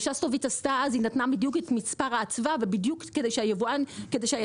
שסטוביץ' נתנה בדיוק את מספר האצווה כדי שהיצרן